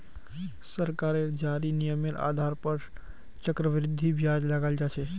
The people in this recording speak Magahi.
सरकारेर जारी नियमेर आधार पर ही चक्रवृद्धि ब्याज लगाल जा छे